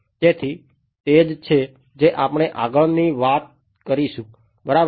તેથી તે જ છે જે આપણે આગળની વાત કરીશું બરાબર